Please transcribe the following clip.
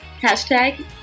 Hashtag